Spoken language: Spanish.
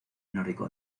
nórdico